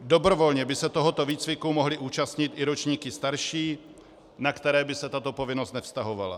Dobrovolně by se tohoto výcviku mohly účastnit i ročníky starší, na které by se tato povinnost nevztahovala.